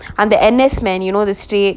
and the N_S men you know the straight